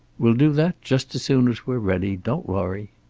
we'll do that, just as soon as we're ready. don't worry.